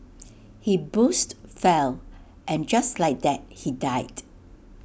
he boozed fell and just like that he died